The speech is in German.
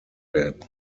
werden